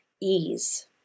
ease